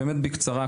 באמת בקצרה.